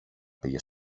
πήγε